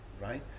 right